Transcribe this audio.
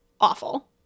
awful